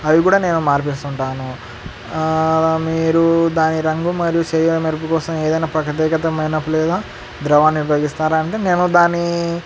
అవి కూడా నేను మార్పిస్తు ఉంటాను మీరు దాని రంగు మరియు ఛాయ మెరుగు కోసం ఏదైనా ప్రత్యేకమైన లేదా ద్రవాన్ని ఉపయోగిస్తారా అంటే నేను దాని